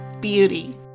beauty